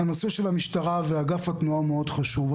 הנושא של המשטרה ואגף התנועה הוא מאוד חשוב.